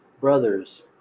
Brothers